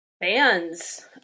fans